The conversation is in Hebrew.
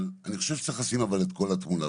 אבל אני חושב שצריך לשים את כל התמונה,